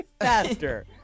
Faster